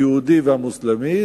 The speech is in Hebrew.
היהודי והמוסלמי,